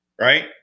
right